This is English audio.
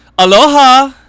Aloha